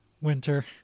winter